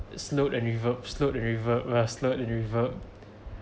slowed and revert slowed and revert lah slowed and revert